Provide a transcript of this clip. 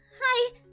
Hi